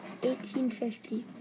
1850